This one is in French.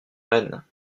reine